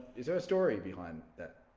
is there a story behind that?